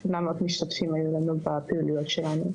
משתתפים היו לנו בפעילויות שלנו.